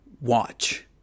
Watch